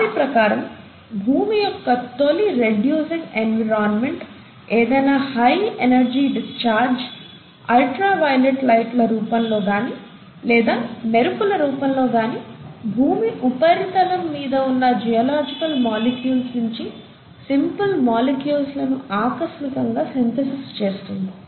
వారి ప్రకారం భూమి యొక్క తొలి రెడ్యూసింగ్ ఎన్విరాన్మెంట్ ఏదైనా high energy discharge ultraviolet లైట్ల రూపంలో గాని లేదా మెరుపుల రూపంలో గాని భూమి ఉపరితలం మీద ఉన్న జియోలాజికల్ మొలిక్యూల్స్ నించి సింపుల్ మొలిక్యూల్స్ లను ఆకస్మికంగా సింథసిస్ చేస్తుంది